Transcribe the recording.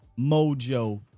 mojo